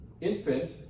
infant